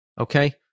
okay